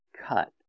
Cut